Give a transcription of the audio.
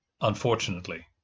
Unfortunately